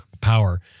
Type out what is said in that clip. power